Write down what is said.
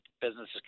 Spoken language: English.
businesses